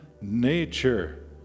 nature